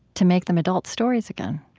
to make them adult stories again.